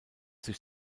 sich